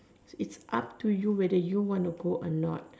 it's up to you whether you want to go or not